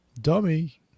Dummy